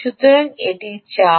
দুঃখিত এটি 8